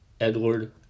Edward